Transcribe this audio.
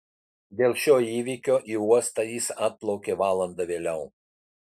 dėl šio įvykio į uostą jis atplaukė valanda vėliau